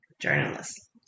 Journalist